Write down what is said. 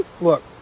look